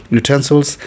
utensils